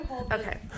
okay